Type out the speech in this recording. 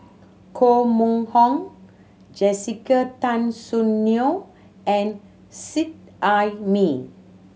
Koh Mun Hong Jessica Tan Soon Neo and Seet Ai Mee